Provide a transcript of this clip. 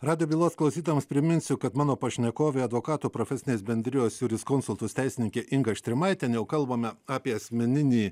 radvilos klausydamas priminsiu kad mano pašnekovė advokatų profesinės bendrijos juriskonsultus teisininkė inga štrimaitienė kalbame apie asmeninį